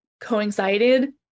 coincided